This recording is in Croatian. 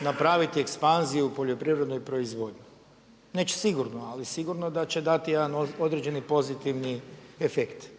napraviti ekspanziju u poljoprivrednoj proizvodnji. Neće sigurno, ali sigurno da će dati jedan određeni pozitivni efekt.